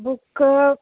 book